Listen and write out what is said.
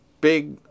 big